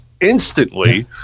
instantly